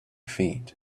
feet